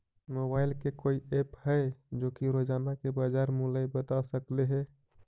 Mobile के कोइ app है जो कि रोजाना के बाजार मुलय बता सकले हे?